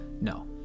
No